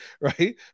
right